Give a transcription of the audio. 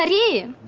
ah you